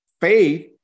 Faith